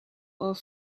aux